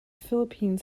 philippines